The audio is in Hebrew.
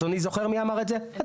אדוני זוכר מי אמר את זה?